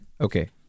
Okay